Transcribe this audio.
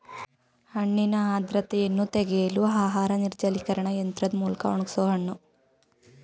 ಹಣ್ಣಿನ ಆರ್ದ್ರತೆಯನ್ನು ತೆಗೆಯಲು ಆಹಾರ ನಿರ್ಜಲೀಕರಣ ಯಂತ್ರದ್ ಮೂಲ್ಕ ಒಣಗ್ಸೋಹಣ್ಣು